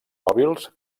mòbils